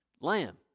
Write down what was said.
Lamb